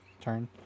Turn